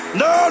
no